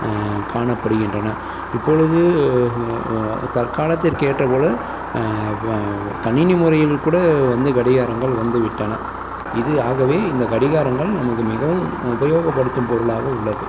காணப்படுகின்றன இப்பொழுது தற்காலத்திற்கு ஏற்றது போல கணினி முறையில் கூட வந்து கடிகாரங்கள் வந்துவிட்டன இது ஆகவே இந்த கடிகாரங்கள் நமக்கு மிகவும் உபயோகப்படுத்தும் பொருளாக உள்ளது